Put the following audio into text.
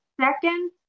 second